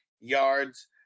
yards